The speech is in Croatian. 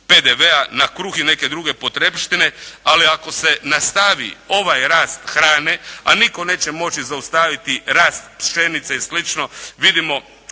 na kruh i neke druge potrepštine, ali ako se nastavi ovaj rast hrane, a nitko neće moći zaustaviti rast pšenice i